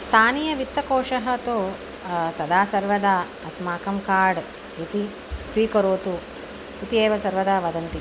स्थानीयः वित्तकोषः तु सदा सर्वदा अस्माकं कार्ड् इति स्वीकरोतु इति एव सर्वदा वदन्ति